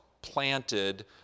planted